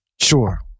Sure